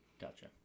Gotcha